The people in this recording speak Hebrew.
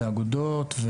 את האגודות.